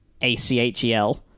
ACHEL